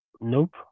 Nope